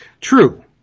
True